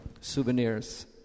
Souvenirs